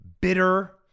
bitter